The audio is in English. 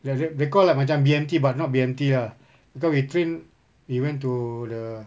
dia ada they call like macam B_M_T but not B_M_T lah because we train we went to the